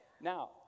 Now